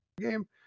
game